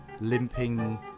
limping